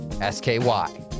S-K-Y